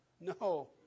No